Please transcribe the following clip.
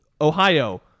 Ohio